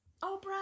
Oprah